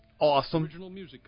Awesome